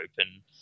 Open